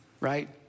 right